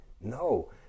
No